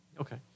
Okay